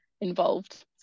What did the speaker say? involved